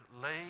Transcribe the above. lay